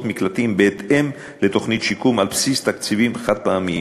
מקלטים בהתאם לתוכנית שיקום על בסיס תקציבים חד-פעמיים.